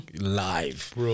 live